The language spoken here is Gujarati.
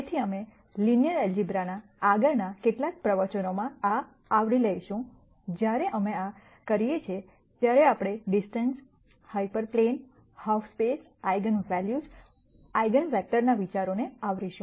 તેથી અમે લિનયર ઐલ્જબ્રાના આગળના કેટલાક પ્રવચનોમાં આ આવરી લઈશું જ્યારે અમે આ કરીએ છીએ ત્યારે આપણે અંતર hyperplane half space eigen values eigen વેક્ટરના વિચારોને આવરીશું